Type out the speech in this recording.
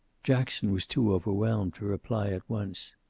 jackson was too overwhelmed to reply at once.